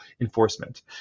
enforcement